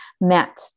met